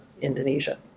Indonesia